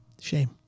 Shame